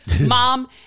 mom